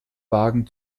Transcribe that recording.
wagen